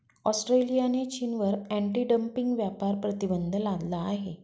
ऑस्ट्रेलियाने चीनवर anti dumping व्यापार प्रतिबंध लादला आहे